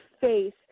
face